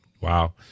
Wow